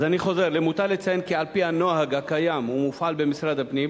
אני חוזר: למותר לציין כי על-פי הנוהג הקיים ומופעל במשרד הפנים,